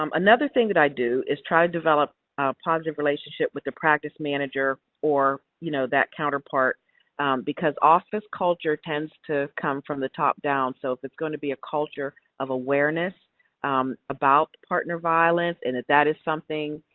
um another thing that i do is try to develop a positive relationship with the practice manager or, you know, that counterpart because office culture tends to come from the top down. so, if it's going to be a culture of awareness about partner violence, and if that is something